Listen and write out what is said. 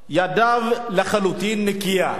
ידיו לחלוטין נקיות.